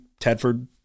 Tedford